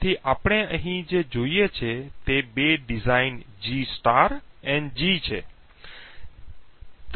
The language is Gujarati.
તેથી આપણે અહીં જે જોઈએ તે બે ડિઝાઇન G અને G છે